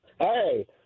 Hey